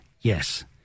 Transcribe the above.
yes